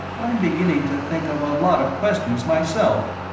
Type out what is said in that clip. i'm beginning to think of a lot of questions myself.